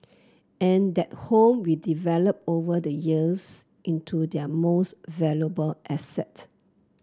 and that home we developed over the years into their most valuable asset